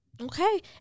Okay